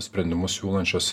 sprendimus siūlančios